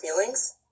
feelings